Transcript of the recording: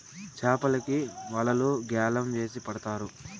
చాపలకి వలలు గ్యాలం వేసి పడతారు